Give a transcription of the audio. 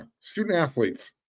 student-athletes